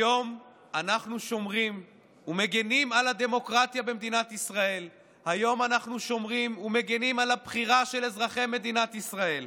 היום אנחנו שומרים ומגינים על הדמוקרטיה ועל הרצון של אזרחי ישראל,